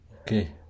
Okay